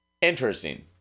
Interesting